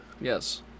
Yes